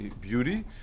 beauty